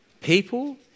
People